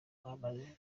mwamaze